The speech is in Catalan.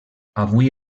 avui